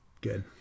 good